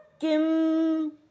kim